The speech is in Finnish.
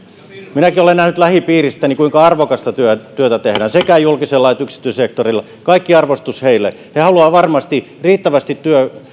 minäkin olen nähnyt lähipiiristäni kuinka arvokasta työtä työtä tehdään sekä julkisella että yksityisellä sektorilla kaikki arvostus heille he haluavat varmasti riittävästi